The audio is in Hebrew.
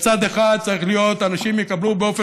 בצד אחד צריך להיות שאנשים יקבלו באופן